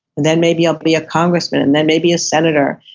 and then maybe i'll be a congressman, and then maybe a senator,